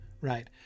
Right